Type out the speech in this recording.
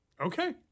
Okay